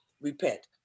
repent